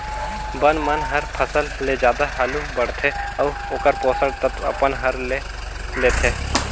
बन मन हर फसल ले जादा हालू बाड़थे अउ ओखर पोषण तत्व अपन हर ले लेथे